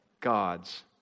God's